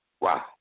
Wow